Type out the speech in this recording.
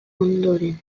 ondoren